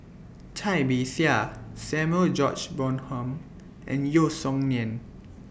Cai Bixia Samuel George Bonham and Yeo Song Nian